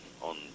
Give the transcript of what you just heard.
on